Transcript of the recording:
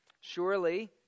Surely